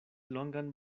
longan